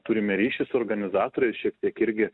turime ryšį su organizatoriais šiek tiek irgi